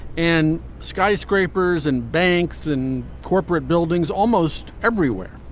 in skyscrapers and banks and corporate buildings almost everywhere.